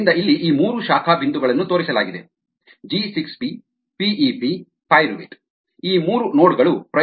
ಆದ್ದರಿಂದ ಇಲ್ಲಿಈ ಮೂರು ಶಾಖಾ ಬಿಂದುಗಳನ್ನು ತೋರಿಸಲಾಗಿದೆ G 6 P P E P pyruvate ಈ ಮೂರು ನೋಡ್ಗಳು